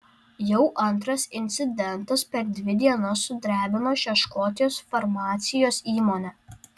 jau antras incidentas per dvi dienas sudrebino šią škotijos farmacijos įmonę